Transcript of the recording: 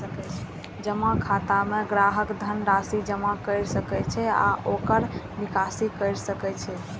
जमा खाता मे ग्राहक धन राशि जमा कैर सकै छै आ ओकर निकासी कैर सकै छै